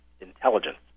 Intelligence